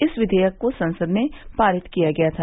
इस विधेयक को संसद में पारित किया गया था